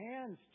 hands